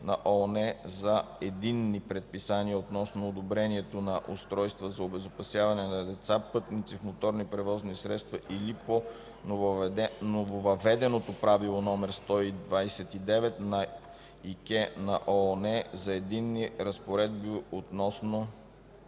на ООН за единни предписания относно одобрението на устройства за обезопасяване на деца – пътници в моторни превозни средства, или по нововъведеното Правило № 129 на ИКЕ на ООН за единни разпоредби относно